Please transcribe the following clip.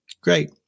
Great